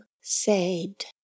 saved